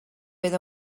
bydd